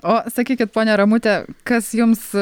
o sakykit ponia ramute kas jums